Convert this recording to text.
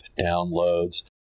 downloads